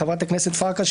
חברת הכנסת פרקש,